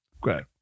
great